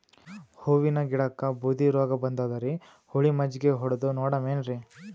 ಹೂವಿನ ಗಿಡಕ್ಕ ಬೂದಿ ರೋಗಬಂದದರಿ, ಹುಳಿ ಮಜ್ಜಗಿ ಹೊಡದು ನೋಡಮ ಏನ್ರೀ?